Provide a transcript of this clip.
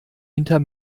hinter